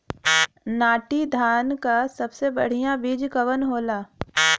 नाटी धान क सबसे बढ़िया बीज कवन होला?